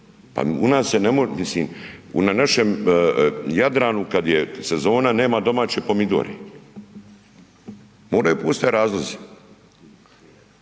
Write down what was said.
u našem Jadranu kada je sezona nema domaće pomidore, moraju postojati razlozi.